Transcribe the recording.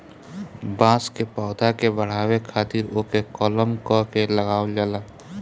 बांस के पौधा के बढ़ावे खातिर ओके कलम क के लगावल जाला